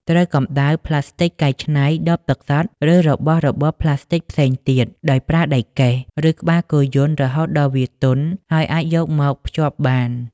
ត្រូវកំដៅផ្លាស្ទិកកែច្នៃ ដបទឹកសុទ្ធ ឬរបស់របរផ្លាស្ទិកផ្សេងទៀត ដោយប្រើដែកកេះ ឬក្បាលគោយន្ត រហូតដល់វាទន់ ហើយអាចយកមកភ្ជាប់បាន។